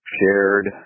shared